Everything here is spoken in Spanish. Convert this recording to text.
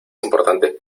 importante